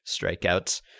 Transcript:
strikeouts